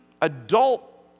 adult